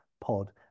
Pod